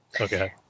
Okay